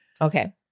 Okay